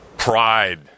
pride